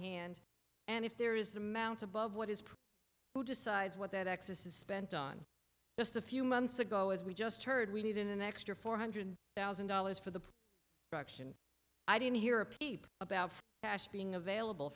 hand and if there is the amount above what is who decides what that excess is spent on just a few months ago as we just heard we need an extra four hundred thousand dollars for the auction i didn't hear a peep about cash being available